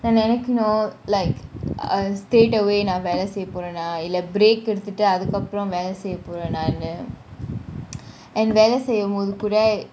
then நினைக்காணும் :nenaikaanum like uh straight away நான் வேலை செய்ய போன்றன இல்ல :naan velai seiya porana illa break ஏடுத்துட்டு அதுக்கு அப்புறம் வேலை செய்ய போறன்னு :yaeduthutu athuku apram velai seiya porananu and வேலை செய்யும் போது கூட :velai seiyum bothu kuda